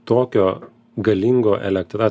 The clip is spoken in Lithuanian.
tokio galingo elektra